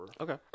Okay